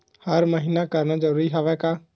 हर महीना करना जरूरी हवय का?